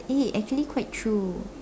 eh actually quite true